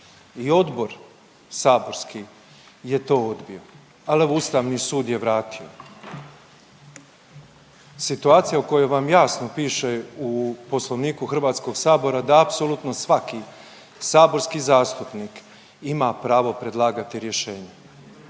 i odbor saborski je to odbio. Ali evo Ustavni sud je vratio. Situacija u kojoj vam jasno piše u Poslovniku Hrvatskog sabora da apsolutno svaki saborski zastupnik ima pravo predlagati rješenje,